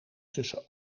tussen